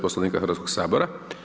Poslovnika Hrvatskog sabora.